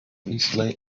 eastleigh